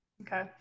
Okay